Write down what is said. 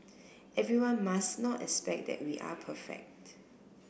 everyone must not expect that we are perfect